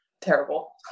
Terrible